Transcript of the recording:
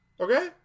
Okay